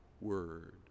word